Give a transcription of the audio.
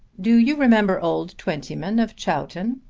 do you remember old twentyman of chowton?